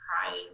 crying